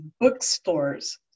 bookstores